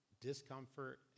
discomfort